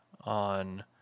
on